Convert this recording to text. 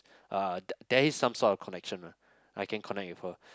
uh there is some sort of connection ah I can connect with her